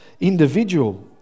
individual